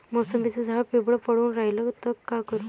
मोसंबीचं झाड पिवळं पडून रायलं त का करू?